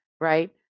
right